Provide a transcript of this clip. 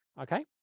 Okay